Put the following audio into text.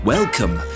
Welcome